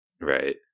Right